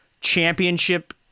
championship